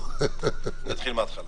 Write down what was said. אני אתחיל מהתחלה.